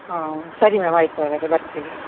ಹಾಂ ಸರಿ ಮ್ಯಾಮ್ ಆಯಿತು ಹಾಗಾದ್ರೆ ಬರ್ತೀವಿ